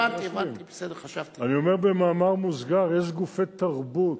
אני אומר במאמר מוסגר, יש גופי תרבות